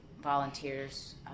volunteers